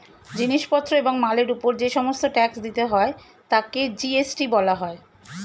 জিনিস পত্র এবং মালের উপর যে সমস্ত ট্যাক্স দিতে হয় তাকে জি.এস.টি বলা হয়